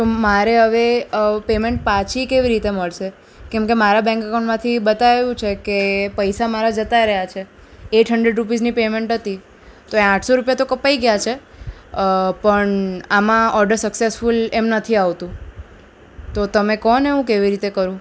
મારે હવે પેમેન્ટ પાછી કેવી રીતે મળશે કેમકે મારા બેંક એકાઉન્ટમાંથી બતાવ્યું છે કે પૈસા મારા જતા રહ્યા છે એટ હંડ્રેડ રૂપીસની પેમેન્ટ હતી તો એ આઠસો રૂપિયા તો કપાઈ ગયા છે અ પણ આમાં ઓર્ડર સક્સેસફુલ એમ નથી આવતું તો તમે કહો ને હું કેવી રીતે કરું